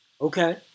Okay